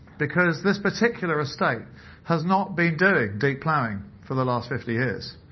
because this particular estate has not been doing deep plowing for the last fifty years.